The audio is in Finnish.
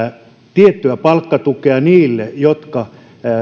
tiettyä palkkatukea niille jotka